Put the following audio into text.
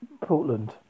Portland